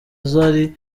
zari